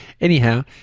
Anyhow